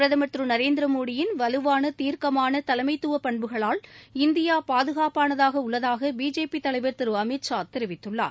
பிரதமர் திரு நரேந்திரமோடியின் வலுவான தீர்க்கமான தலைமைத்துவ பண்புகளால் இந்தியா பாதுகாப்பனதாக உள்ளதாக பிஜேபி தலைவர் திரு அமித் ஷா தெரிவித்துள்ளார்